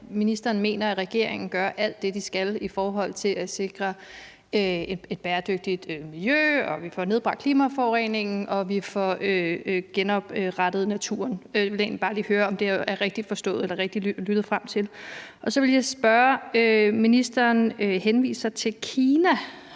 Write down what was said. ministeren mener, at regeringen gør alt det, den skal, i forhold til at sikre et bæredygtigt miljø, få nedbragt klimaforureningen og få genoprettet naturen. Jeg vil egentlig bare høre, om det er rigtigt forstået, altså om jeg har hørt rigtigt. Så vil jeg også spørge om noget andet. Ministeren henviser til Kina,